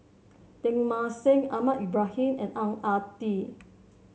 Teng Mah Seng Ahmad Ibrahim and Ang Ah Tee